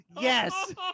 yes